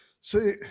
see